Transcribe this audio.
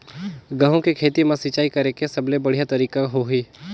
गंहू के खेती मां सिंचाई करेके सबले बढ़िया तरीका होही?